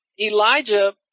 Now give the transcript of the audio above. Elijah